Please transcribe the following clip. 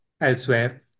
elsewhere